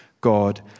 God